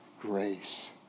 grace